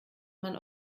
man